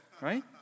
right